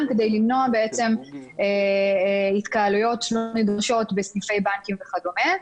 כדי למנוע התקהלויות לא נדרשות בסניפי בנקים וכדומה.